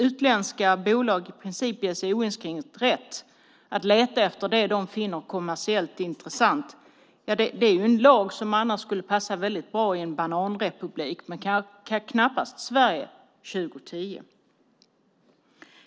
Utländska bolag ges i princip oinskränkt rätt att leta efter det de finner kommersiellt intressant. Det är en lag som annars skulle passa bra i en bananrepublik men knappast i Sverige 2010.